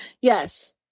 Yes